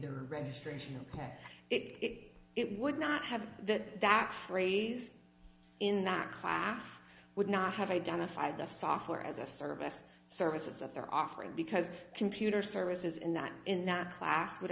their registration ok it it would not have that that phrase in that class would not have identified the software as a service services that they're offering because computer services in that in that class would